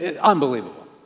unbelievable